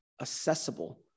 accessible